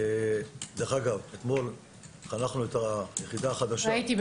אתמול חנכנו את היחידה החדשה -- ראיתי.